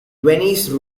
viennese